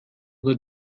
the